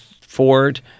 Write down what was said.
Ford